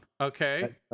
Okay